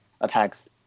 attacks